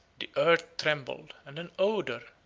the earth trembled, and an odor,